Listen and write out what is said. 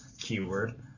keyword